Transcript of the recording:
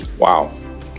Wow